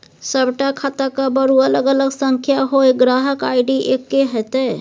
सभटा खाताक बरू अलग अलग संख्या होए ग्राहक आई.डी एक्के हेतै